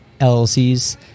LLCs